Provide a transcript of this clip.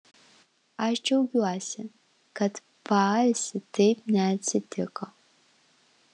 aš džiaugiuosi kad paalsy taip neatsitiko